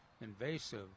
invasive